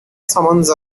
summons